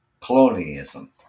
colonialism